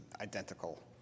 identical